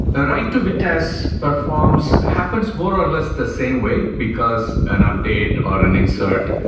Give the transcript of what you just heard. the write to vitess performs happens more or less the same way, because an update or an insert,